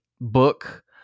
book